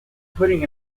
putting